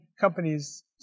companies